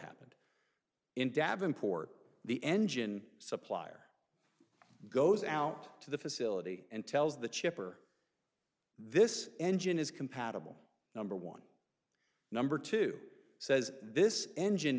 happened in davenport the engine supplier goes out to the facility and tells the chipper this engine is compatible number one number two says this engine